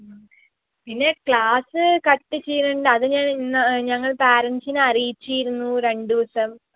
മ് പിന്നെ class cut ചെയ്യണുണ്ട് അത് ഞാൻ ഇന്നാ ഞങ്ങള് പാരൻസിനെ അറിയിച്ചീരുന്നു രണ്ട് ദിവസം